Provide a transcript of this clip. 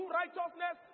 righteousness